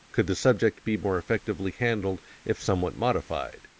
could the subject be more effectively handled if somewhat modified?